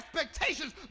expectations